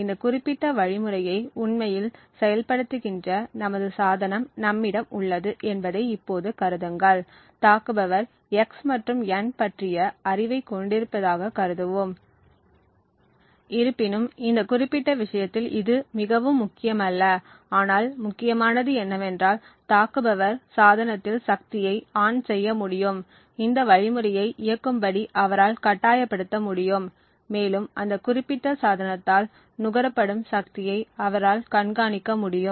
இந்த குறிப்பிட்ட வழிமுறையை உண்மையில் செயல்படுத்துகின்ற நமது சாதனம் நம்மிடம் உள்ளது என்பதை இப்போது கருதுங்கள் தாக்குபவர் x மற்றும் n பற்றிய அறிவைக் கொண்டிருப்பதாகக் கருதுவோம் இருப்பினும் இந்த குறிப்பிட்ட விஷயத்தில் இது மிகவும் முக்கியமல்ல ஆனால் முக்கியமானது என்னவென்றால் தாக்குபவர் சாதனத்தில் சக்தியை ON செய்ய முடியும் இந்த வழிமுறையை இயக்கும்படி அவரால் கட்டாயப்படுத்த முடியும் மேலும் அந்த குறிப்பிட்ட சாதனத்தால் நுகரப்படும் சக்தியை அவரால் கண்காணிக்க முடியும்